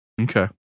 Okay